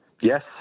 Yes